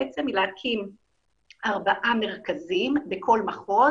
בעצם היא להקים ארבעה מרכזים בכל מחוז,